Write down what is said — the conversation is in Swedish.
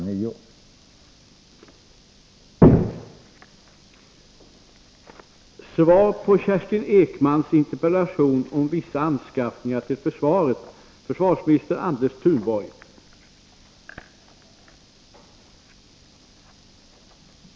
09.00.